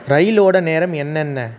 ரயிலோடய நேரம் என்னென்ன